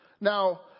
Now